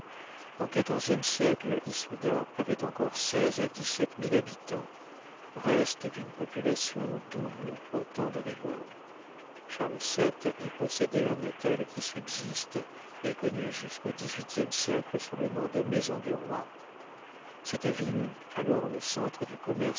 au quatorzième siècle issoudun avait encore seize à dix-sept mille habitants reste d'une population double au temps de rigord charles vii y possédait un hôtel qui subsiste et connu jusqu'au dix-huitième siècle sous le nom de maison du roy cette ville alors le centre du commerce